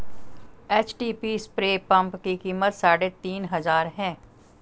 HTP spray pump की कीमत साढ़े तीन हजार है